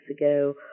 ago